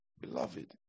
Beloved